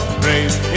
praise